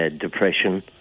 depression